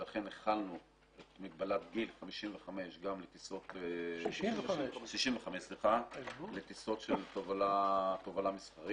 ולכן החלנו את מגבלת גיל 65 גם לטיסות של תובלה מסחרית,